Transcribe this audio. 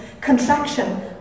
contraction